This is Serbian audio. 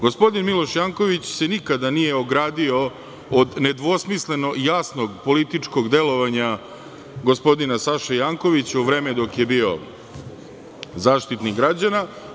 Gospodin Miloš Janković se nikada nije ogradio od nedvosmisleno jasnog političkog delovanja gospodina Saše Jankovića, u vreme dok je bio zaštitnik građana.